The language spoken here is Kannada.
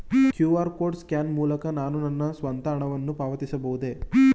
ಕ್ಯೂ.ಆರ್ ಕೋಡ್ ಸ್ಕ್ಯಾನ್ ಮೂಲಕ ನಾನು ನನ್ನ ಸ್ವಂತ ಹಣವನ್ನು ಪಾವತಿಸಬಹುದೇ?